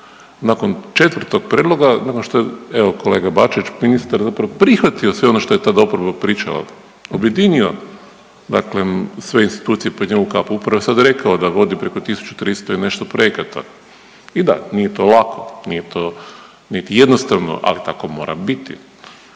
nakon 4. prijedloga, ono što, evo, kolega Bačić, ministar zapravo prihvatio sve ono što je tada oporba pričala, objedinio dakle sve institucije pod jednom kapom, upravo sad je rekao da vodi preko 1300 i nešto projekata i da, nije to lako, nije to niti jednostavno, ali tako mora biti.